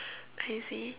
I see